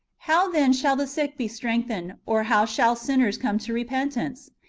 how then shall the sick be strengthened, or how shall sinners come to repentance?